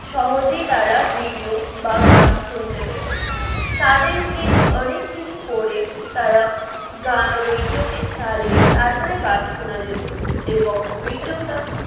সহজেই তারা ভিডিও বা গান শুনতে পেতো তাদেরকে অনেক কিছু করে তারা গান রেডিওকে চালিয়ে তারপরে গান শোনা যেত এবং ভিডিওটা